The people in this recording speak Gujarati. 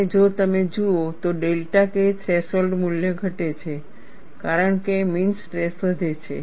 અને જો તમે જુઓ તો ડેલ્ટા K થ્રેશોલ્ડ મૂલ્ય ઘટે છે કારણ કે મીન સ્ટ્રેસ વધે છે